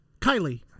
Kylie